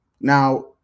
Now